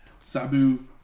sabu